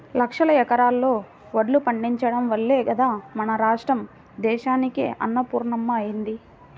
లక్షల ఎకరాల్లో వడ్లు పండించడం వల్లే గదా మన రాష్ట్రం దేశానికే అన్నపూర్ణమ్మ అయ్యింది